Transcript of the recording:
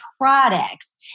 products